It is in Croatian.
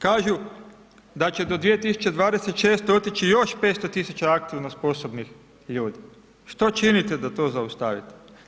Kažu da će do 2026. otići još 500 tisuća aktivno sposobnih ljudi, što činite da to zaustavite?